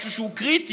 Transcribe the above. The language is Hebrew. משהו שהוא קריטי